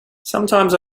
sometimes